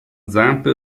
zampe